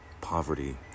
poverty